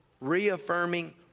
reaffirming